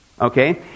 Okay